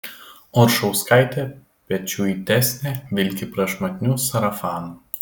oršauskaitė pečiuitesnė vilki prašmatniu sarafanu